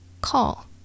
call